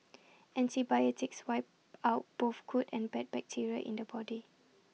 antibiotics wipe out both good and bad bacteria in the body